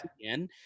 again